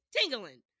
tingling